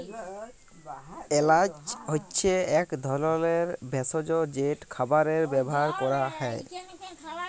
এল্যাচ হছে ইক ধরলের ভেসজ যেট খাবারে ব্যাভার ক্যরা হ্যয়